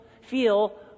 feel